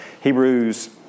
Hebrews